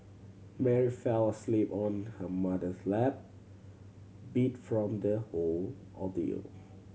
Mary fell asleep on her mother's lap beat from the whole ordeal